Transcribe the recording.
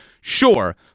Sure